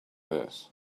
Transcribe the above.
this